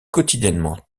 quotidiennement